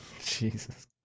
Jesus